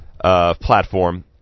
platform